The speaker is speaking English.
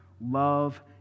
love